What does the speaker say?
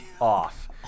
off